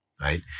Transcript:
right